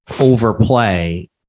overplay